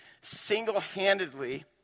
single-handedly